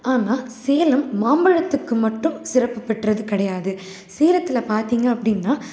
ஆமாம் சேலம் மாம்பழத்துக்கு மட்டும் சிறப்பு பெற்றது கிடையாது சேலத்தில் பார்த்திங்க அப்படின்னா